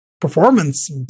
performance